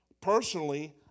Personally